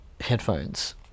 headphones